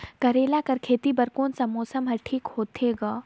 करेला कर खेती बर कोन मौसम हर ठीक होथे ग?